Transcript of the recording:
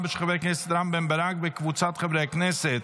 חבר הכנסת